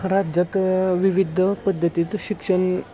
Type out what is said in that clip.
राज्यात विविध पद्धतीचं शिक्षण